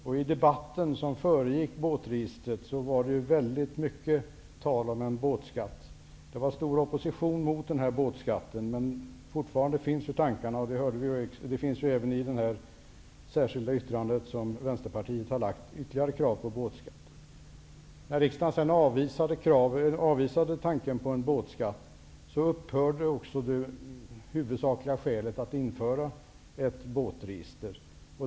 I den debatt som föregick båtregistrets införande talades det väldigt mycket om en båtskatt. Det var stor opposition mot en sådan. Men fortfarande finns sådana tankar. I det särskilda yttrandet från Vänsterpartiet finns ytterligare krav på en båtskatt. När riksdagen sedan avvisade tanken på en båtskatt fanns inte längre huvudskälet för införandet av ett båtregister.